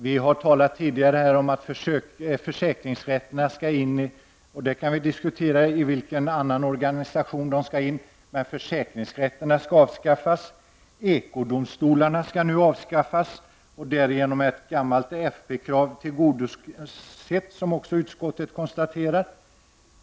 Vi har tidigare talat om att försäkringsrätterna skall avskaffas, och vi kan diskutera i vilken annan organisation de skall föras in. Även ekodomstolarna skall avskaffas. Därigenom tillgodoses ett gammalt folkpartikrav, vilket utskottet konstaterar.